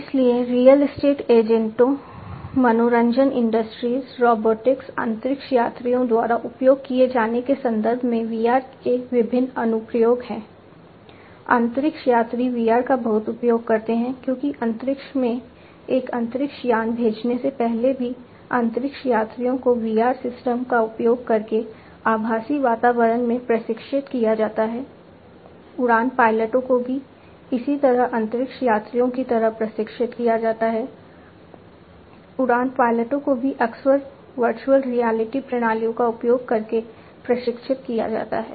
इसलिए real estate एजेंटों मनोरंजन इंडस्ट्रीज में VR का उपयोग किया जाता है